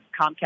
Comcast